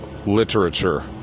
Literature